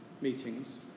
meetings